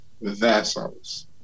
vessels